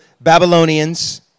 Babylonians